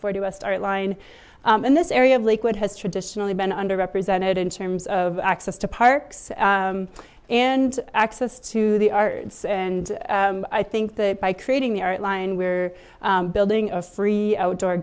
forty westart line in this area of liquid has traditionally been underrepresented in terms of access to parks and access to the arts and i think that by creating the art line we're building a free outdoor